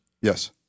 yes